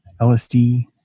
LSD